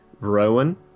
Rowan